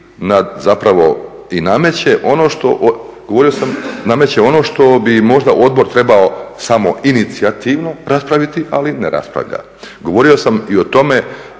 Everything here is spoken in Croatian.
zapravo nameće ono što, govorio sam nameće ono što bi možda odbor trebao samoinicijativno raspraviti, ali ne raspravlja. Govorio sam i o tome